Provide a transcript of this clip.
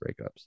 breakups